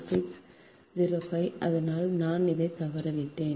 4605 அதனால் நான் அதை தவறவிட்டேன்